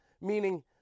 Meaning